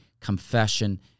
confession